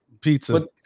pizza